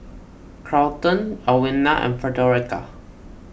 Carlton Alwina and Fredericka